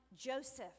Joseph